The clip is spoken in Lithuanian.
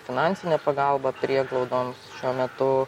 finansinė pagalba prieglaudoms šiuo metu